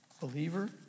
Believer